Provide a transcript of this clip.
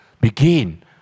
begin